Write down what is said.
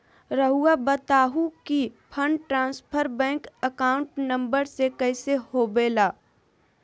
रहुआ बताहो कि fund transfer bank account number में कैसे होबेला?